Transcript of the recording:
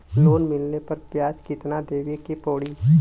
Loan मिलले पर ब्याज कितनादेवे के पड़ी?